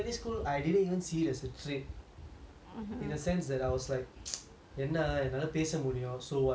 in a sense that I was like என்ன என்னால பேச முடியும்:enna ennala pesa mudiyum so what anybody can talk right